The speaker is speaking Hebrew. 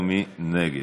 ומי נגד?